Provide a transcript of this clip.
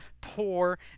poor